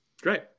Great